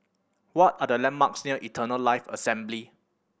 what are the landmarks near Eternal Life Assembly